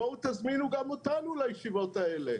בואו תזמינו גם אותנו לישיבות האלה.